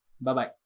Bye-bye